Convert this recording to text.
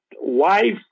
wife